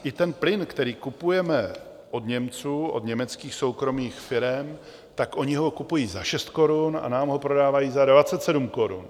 I ten plyn, který kupujeme od Němců, od německých soukromých firem, tak oni ho kupují za 6 korun a nám ho prodávají za 27 korun.